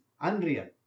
unreal